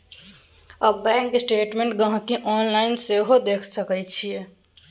आब bank statement गांहिकी online सेहो देखि सकै छै